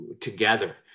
together